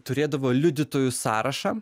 turėdavo liudytojų sąrašą